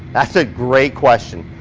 that's a great question.